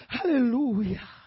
Hallelujah